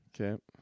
Okay